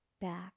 back